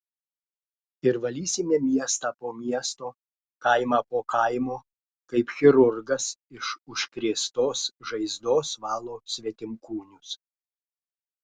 ir valysime miestą po miesto kaimą po kaimo kaip chirurgas iš užkrėstos žaizdos valo svetimkūnius